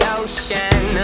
ocean